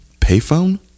payphone